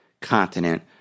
continent